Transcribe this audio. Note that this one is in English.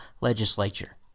legislature